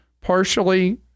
partially